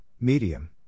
medium